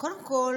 קודם כול